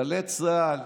גלי צה"ל,